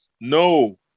no